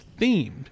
themed